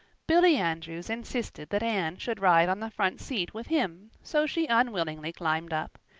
billy andrews insisted that anne should ride on the front seat with him, so she unwillingly climbed up.